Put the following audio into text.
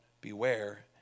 beware